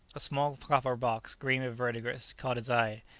a small copper box, green with verdigris, caught his eye,